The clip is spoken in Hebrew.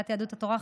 סיעת יהדות התורה,